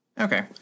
Okay